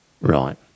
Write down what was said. Right